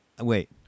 wait